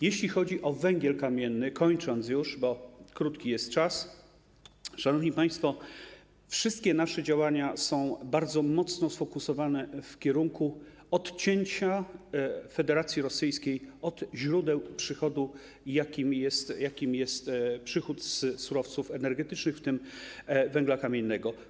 Jeśli chodzi o węgiel kamienny - kończę już, bo jest mało czasu - szanowni państwo, wszystkie nasze działania są bardzo mocno sfokusowane na odcięciu Federacji Rosyjskiej od źródeł przychodu, jakim jest przychód z surowców energetycznych, w tym węgla kamiennego.